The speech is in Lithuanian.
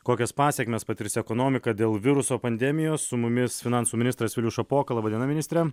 kokias pasekmes patirs ekonomika dėl viruso pandemijos su mumis finansų ministras vilius šapoka laba diena ministre